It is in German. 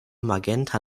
magenta